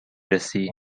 رسی